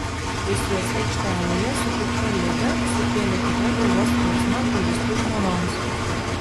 rusijos aikštelėje sutikta liuda sukėlė tikrą galvos skausmą fūristų žmonoms